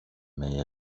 mig